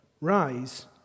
Rise